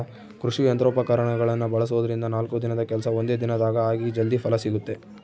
ಕೃಷಿ ಯಂತ್ರೋಪಕರಣಗಳನ್ನ ಬಳಸೋದ್ರಿಂದ ನಾಲ್ಕು ದಿನದ ಕೆಲ್ಸ ಒಂದೇ ದಿನದಾಗ ಆಗಿ ಜಲ್ದಿ ಫಲ ಸಿಗುತ್ತೆ